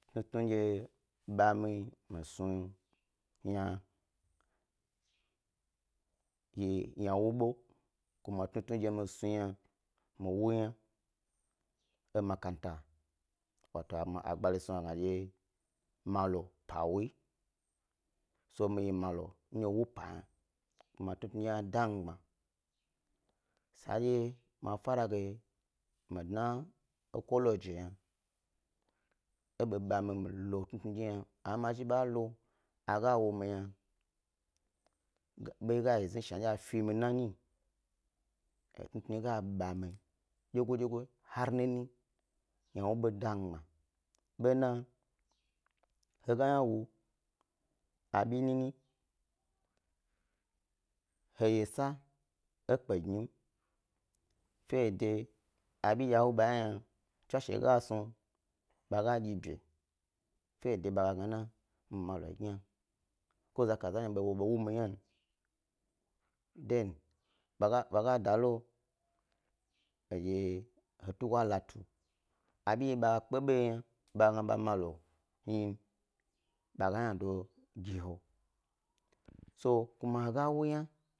Tnutnu ndye ba mi, mi snu yna yi yna wu ɓe, ku ma tnutnu ndye mi snu yna mi wu gna, e makan ta agbari snub a gna dye malo pa wuyi. So mi yi malo ndye mi wu pa yna kuma tnutnu dye hna da mi gbma, sandye ma far age mi dna kolegeo yna e ɓe ba mi, mi lo tnutnu dye hna amma mi zhi balo aga wumi yna bog a yi zna shna a fi nanyi tnu tnu dye ɓo ga ɓa mi hari nini tnu tnu hna ɓo da mi gbma, ɓona he ga yna wu abi nini he ye sa ekpe gnam, fede abi ha wu ɓa yna hna tswash gas nu ɓa ga dyi bi, fede ɓa gag nana mi malo gni ko zaka nyi wa ɓo wu mi ynan. Than ndye ɓa ga da lo hnidye he tugo a latu, abi ɓa kpe bo ye yna ɓaga gna ɓa malo yinoba ga ynado gi he, so ku ma he ga wuyna.